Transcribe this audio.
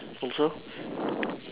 also